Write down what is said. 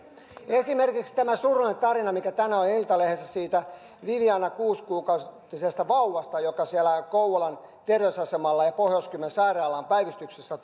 esimerkiksi tämä surullinen tarina mikä tänään oli iltalehdessä siitä vivianasta kuusikuukautisesta vauvasta joka siellä kouvolan terveysasemalla ja pohjois kymen sairaalan päivystyksessä